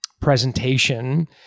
presentation